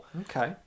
Okay